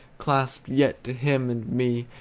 clasped yet to him and me.